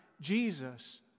Jesus